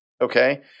okay